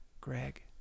Greg